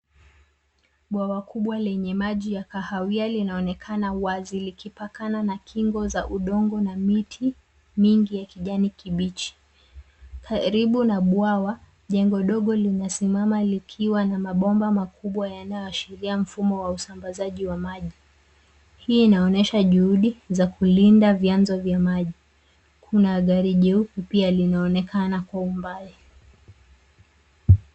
Bwawa kubwa lenye maji ya kahawia linaonekana wazi likipakana na kingo za udongo na miti mingi ya kijani kibichi karibu na bwawa jengo dogo linasimama likiwa na mabomba makubwa yanayoashiria mfumo wa usambazaji wa maji. Hii inaonesha juhudi za kulinda vyanzo vya maji kuna gari jeupe pia linaonekana kwa umbali.